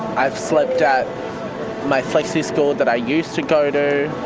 i've slept at my flexi school that i used to go to,